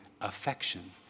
affection